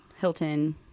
Hilton